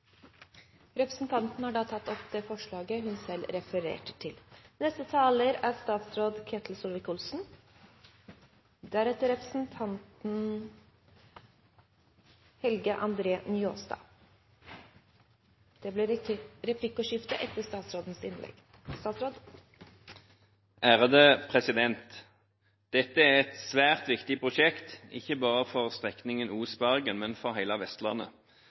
Representanten Ingunn Gjerstad har tatt opp det forslaget hun refererte. Dette er et svært viktig prosjekt, ikke bare med tanke på strekningen Os–Bergen, men for hele Vestlandet.